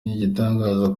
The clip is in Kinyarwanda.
igitangaza